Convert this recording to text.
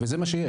וזה מה שיש.